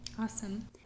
Awesome